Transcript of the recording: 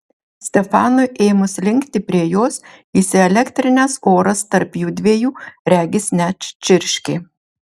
stefanui ėmus linkti prie jos įsielektrinęs oras tarp jųdviejų regis net čirškė